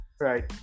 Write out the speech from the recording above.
Right